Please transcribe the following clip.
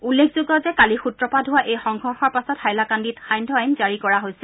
উল্লেখ যোগ্য যে কালি সূত্ৰপাত হোৱা এই সংঘৰ্ষৰ পাছতে হাইলাকান্দিত সান্ধ্য আইন জাৰি কৰা হৈছে